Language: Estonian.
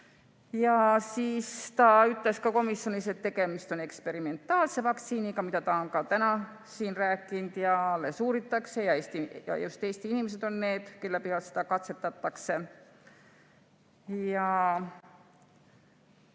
jaa. Siis ta ütles ka komisjonis, et tegemist on eksperimentaalse vaktsiiniga, nagu ta on ka täna siin rääkinud, ja alles seda uuritakse ning just Eesti inimesed on need, kelle peal seda katsetatakse. Siis